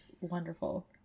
wonderful